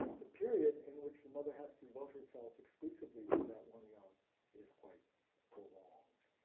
the period in which the mother has to devote herself exclusively to that one young is quite prolonged.